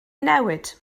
newid